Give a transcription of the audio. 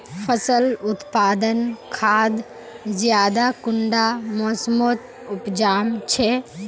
फसल उत्पादन खाद ज्यादा कुंडा मोसमोत उपजाम छै?